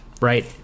right